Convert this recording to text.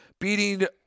beating